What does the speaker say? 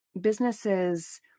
businesses